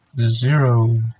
zero